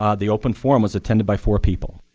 um the open forum, was attended by four people.